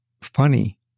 funny